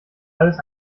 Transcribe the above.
alles